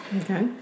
Okay